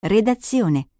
Redazione